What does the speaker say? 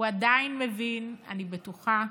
הוא עדיין מבין, אני בטוחה,